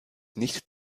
nicht